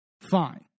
fine